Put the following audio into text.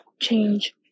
change